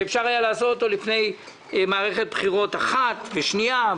שאפשר היה לעשות אותו לפני מערכת בחירות אחת ושנייה,